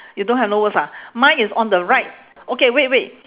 you don't have no words ah mine is on the right okay wait wait